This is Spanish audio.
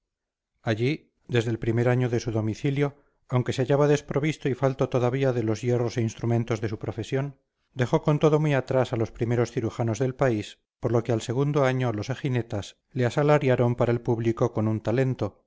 allí desde el primer año de su domicilio aunque se hallaba desprovisto y falto todavía de los hierros e instrumentos de su profesión dejó con todo muy atrás a los primeros cirujanos del país por lo que al segundo año los eginetas le asalariaron para el público con un talento